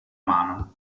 mano